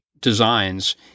designs